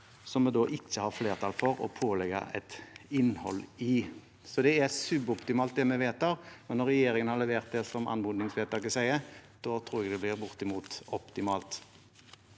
som vi da ikke har flertall for å pålegge et innhold i. Det vi vedtar, er suboptimalt, men når regjeringen har levert det som anmodningsvedtaket sier, tror jeg det blir bortimot optimalt.